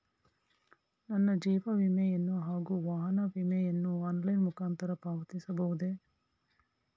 ನನ್ನ ಜೀವ ವಿಮೆಯನ್ನು ಹಾಗೂ ವಾಹನ ವಿಮೆಯನ್ನು ಆನ್ಲೈನ್ ಮುಖಾಂತರ ಪಾವತಿಸಬಹುದೇ?